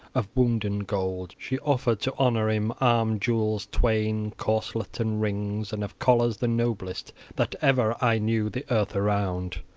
of wounden gold, she offered, to honor him, arm-jewels twain, corselet and rings, and of collars the noblest that ever i knew the earth around.